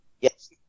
yes